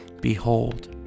Behold